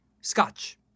Scotch